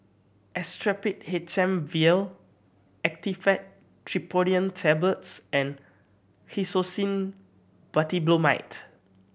Actrapid H M Vial Actifed Triprolidine Tablets and Hyoscine Butylbromide